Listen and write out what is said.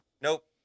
Nope